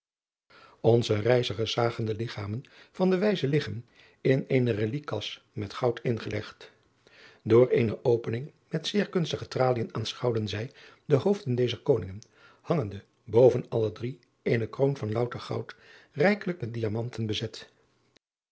nze reizigers zagen de ligchamen van deze ijzen liggen in eene reliquiekas met goud ingelegd oor eene opening met zeer kunstige tralien aanschouwden zij de hoofden dezer koningen hangende boven alle drie eene kroon van louter goud rijkelijk met diamanten bezet